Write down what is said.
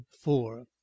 four